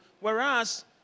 Whereas